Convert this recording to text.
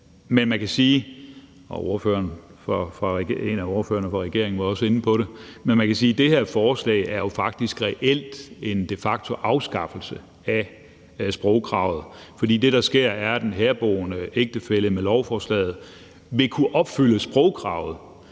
men man kan sige – og en af ordførerne fra regeringen var også inde på det – at det her forslag jo faktisk reelt de facto er en afskaffelse af sprogkravet, fordi det, der sker, er, at den herboende ægtefælle med lovforslaget vil kunne opfylde sprogkravet,